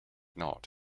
not